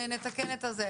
נתקן את זה.